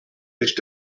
nicht